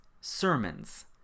sermons